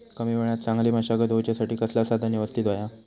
कमी वेळात चांगली मशागत होऊच्यासाठी कसला साधन यवस्तित होया?